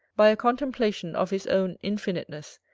by a contemplation of his own infiniteness,